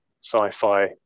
sci-fi